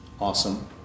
awesome